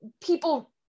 people